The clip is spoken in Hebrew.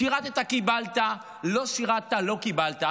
שירת, קיבלת, לא שירת, לא קיבלת.